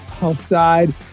outside